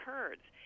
Kurds